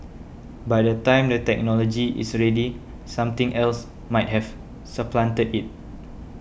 by the time the technology is ready something else might have supplanted it